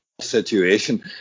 situation